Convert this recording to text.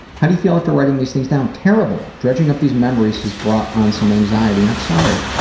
how do you feel after writing these things down? terrible. dredging up these memories has brought on some anxiety. i'm sorry.